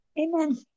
Amen